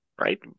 right